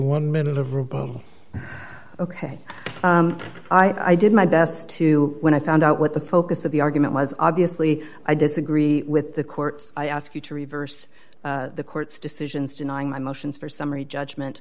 one minute of or above ok i did my best to when i found out what the focus of the argument was obviously i disagree with the court's i ask you to reverse the court's decisions denying my motions for summary judgment